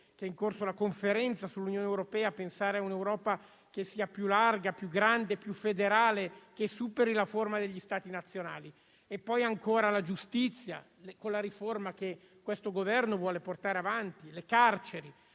che è in corso la conferenza sull'Unione europea, pensare a un'Europa che sia più larga, più grande, più federale, che superi la forma degli Stati nazionali. E ancora, la giustizia con la riforma che questo Governo vuole portare avanti, le carceri: